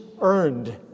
earned